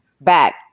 back